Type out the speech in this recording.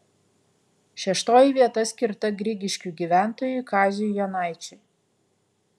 šeštoji vieta skirta grigiškių gyventojui kaziui jonaičiui